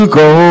go